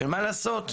ומה לעשות,